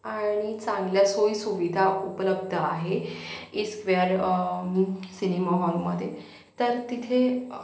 आणि चांगल्या सोयी सुविधा उपलब्ध आहे इ स्क्वेअर सिनेमा हॉलमध्ये तर तिथे